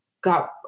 got